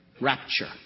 Rapture